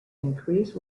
increased